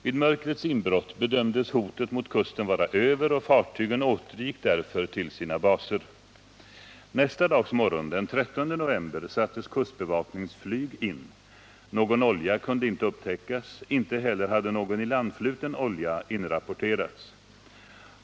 Vid mörkrets inbrott bedömdes hotet mot kusten vara över, och fartygen återgick därför till sina baser. Nästa dags morgon, den 13 november, sattes kustbevakningsflyg in. Någon olja kunde inte upptäckas. Inte heller hade någon ilandfluten olja inrapporterats.